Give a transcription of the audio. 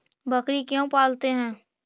बकरी क्यों पालते है?